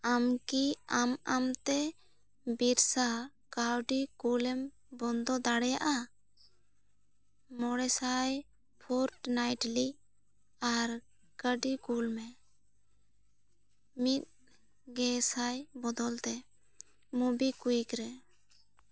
ᱟᱢ ᱠᱤ ᱟᱢ ᱟᱢᱛᱮ ᱵᱤᱨᱥᱟ ᱠᱟᱹᱣᱰᱤ ᱠᱳᱞᱮᱢ ᱵᱚᱱᱫᱚ ᱫᱟᱲᱮᱭᱟᱜᱼᱟ ᱢᱚᱬᱮ ᱥᱟᱭ ᱯᱷᱳᱨᱴᱱᱟᱭᱤᱴᱞᱤ ᱟᱨ ᱠᱟᱣᱰᱤ ᱠᱩᱞ ᱢᱮ ᱢᱤᱫ ᱜᱮᱥᱟᱭ ᱵᱚᱫᱚᱞ ᱛᱮ ᱢᱳᱵᱤᱠᱩᱭᱤᱠ ᱨᱮ